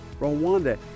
Rwanda